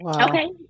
Okay